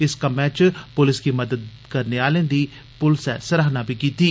इस कम्मै च पुलस गी मदद करने आलें दी पुलसै नै सराहना बी कीत्ती